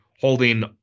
holding